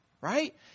right